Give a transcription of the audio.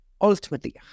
ultimately